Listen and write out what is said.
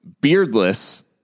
beardless